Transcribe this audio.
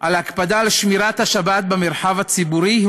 על ההקפדה על שמירת השבת במרחב הציבורי היא